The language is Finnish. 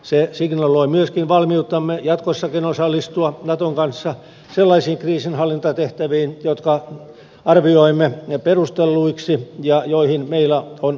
se signaloi myöskin valmiuttamme jatkossakin osallistua naton kanssa sellaisiin kriisinhallintatehtäviin jotka arvioimme perustelluiksi ja joihin meillä on annettavaa